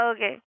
Okay